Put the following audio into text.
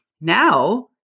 Now